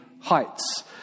heights